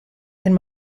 and